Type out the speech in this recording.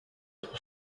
pour